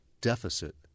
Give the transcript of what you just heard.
deficit